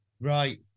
Right